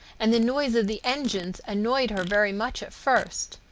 and the noise of the engines annoyed her very much at first.